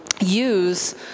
use